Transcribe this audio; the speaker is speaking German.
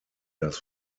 das